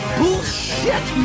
bullshit